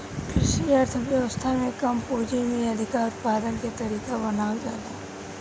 कृषि अर्थशास्त्र में कम पूंजी में अधिका उत्पादन के तरीका बतावल जाला